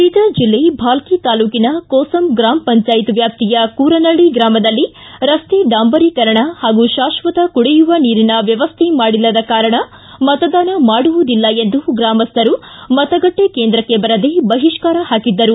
ಬೀದರ್ ಜಿಲ್ಲೆ ಭಾಲ್ಕಿ ತಾಲೂಕಿನ ಕೋಸಂ ಗ್ರಾಮ ಪಂಚಾಯತ್ ವ್ಯಾಪ್ತಿಯ ಕೂರನಳ್ಳಿ ಗ್ರಾಮದಲ್ಲಿ ರಸ್ತೆ ಡಾಂಬೀಕರಣ ಹಾಗೂ ಶಾಕ್ಷತ ಕುಡಿಯುವ ನೀರಿನ ವ್ಯವಸ್ಥೆ ಮಾಡಿಲ್ಲದ ಕಾರಣ ಮತದಾನ ಮಾಡುವುದಿಲ್ಲ ಎಂದು ಗ್ರಾಮಸ್ಥರು ಮತಗಟ್ಟೆ ಕೇಂದ್ರಕ್ಕೆ ಬರದೇ ಬಹಿಷ್ಕಾರ ಹಾಕಿದ್ದರು